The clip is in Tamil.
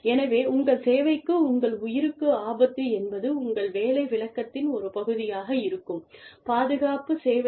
எனவே உங்கள் சேவைக்கு உங்கள் உயிருக்கு ஆபத்து என்பது உங்கள் வேலை விளக்கத்தின் ஒரு பகுதியாக இருக்கும் பாதுகாப்பு சேவைகளைத் தவிர்த்து விடுகிறது